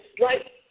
right